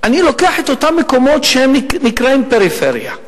אני לוקח את אותם מקומות שנקראים פריפריה.